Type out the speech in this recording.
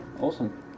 awesome